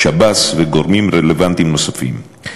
שב"ס וגורמים רלוונטיים נוספים.